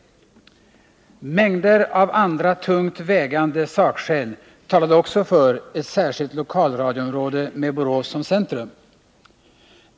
Också mängder av andra tungt vägande sakskäl talade för ett särskilt lokalradioområde med Borås som centrum.